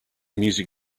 music